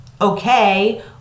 okay